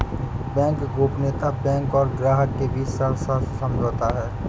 bank गोपनीयता bank और ग्राहक के बीच सशर्त समझौता है